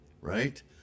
right